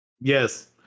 Yes